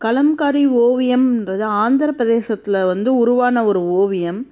கலம்காரி ஓவியம்ங்றது ஆந்திரப் பிரதேசத்தில் வந்து உருவான ஒரு ஓவியம்